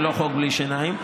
ולא חוק בלי שיניים,